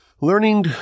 Learning